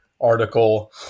article